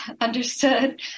Understood